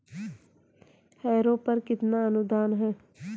Harrow पर कितना अनुदान है?